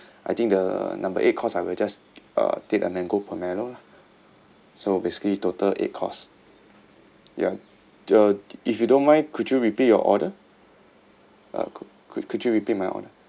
I think the number eight course I will just uh take the mango pomelo lah so basically total eight course ya uh if you don't mind could you repeat your order uh could could could you repeat my order